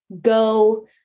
go